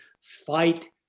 fight